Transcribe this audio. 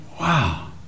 wow